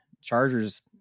Chargers